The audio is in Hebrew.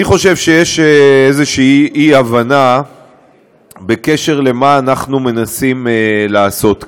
אני חושב שיש איזו אי-הבנה בקשר למה שאנחנו מנסים לעשות כאן.